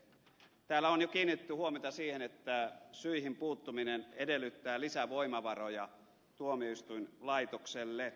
täällä on jo kiinnitetty huomiota siihen että syihin puuttuminen edellyttää lisävoimavaroja tuomioistuinlaitokselle